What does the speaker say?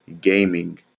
gaming